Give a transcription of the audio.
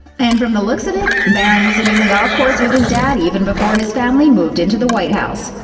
and from the looks of it, barron was hitting the golf course with his dad even before his family moved into the white house.